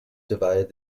divided